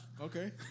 Okay